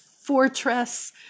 fortress